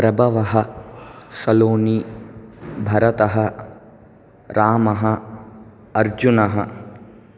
प्रभवः सलोनी भरतः रामः अर्जुनः